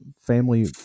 family